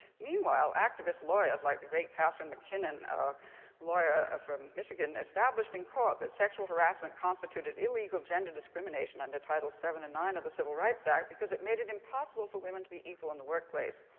meanwhile, activist lawyers like the great catherine mackinnon, a lawyer from michigan, established in court that sexual harassment constituted illegal gender discrimination under title seventy nine of the civil rights act because it made it impossible for women to be equal in the workplace.